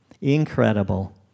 incredible